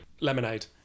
lemonade